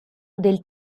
del